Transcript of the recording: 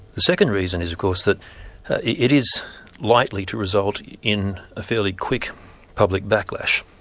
the second reason is of course that it is likely to result in a fairly quick public backlash.